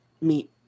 meet